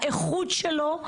האיכות שלו.